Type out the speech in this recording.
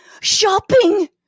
shopping